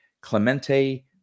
Clemente